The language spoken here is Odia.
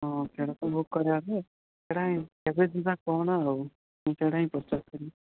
ହଁ ସେଇଟା ତ ବୁକ୍ କରିବା ଯେ ସେଇଟା ହିଁ କେବେ ଯିବା କହୁନ ଆଉ ମୁଁ ସେଇଟା ହିଁ ପଚାରୁଥିଲି